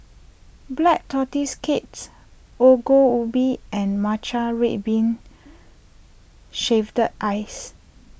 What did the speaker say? Black Tortoise Cakes Ongol Ubi and Matcha Red Bean Shaved Ice